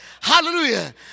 Hallelujah